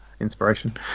Inspiration